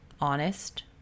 honest